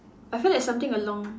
I find that's something along